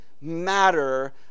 matter